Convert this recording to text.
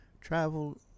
travel